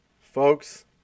Folks